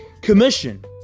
Commission